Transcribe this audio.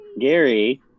Gary